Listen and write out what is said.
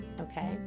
okay